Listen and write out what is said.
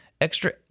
extra